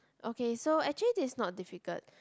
okay so actually this is not difficult